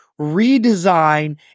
redesign